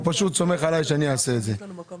זאת ההזדמנות